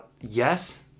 yes